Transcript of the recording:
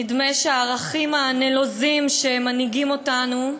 נדמה שהערכים הנלוזים שמנהיגים אותנו,